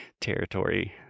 territory